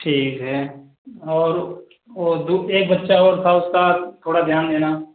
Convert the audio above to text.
ठीक है और वो दु एक बच्चा और था उसका थोड़ा ध्यान देना